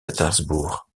pétersbourg